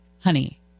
honey